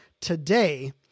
today